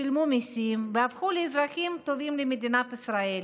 שילמו מיסים והפכו לאזרחים טובים למדינת ישראל.